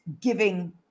giving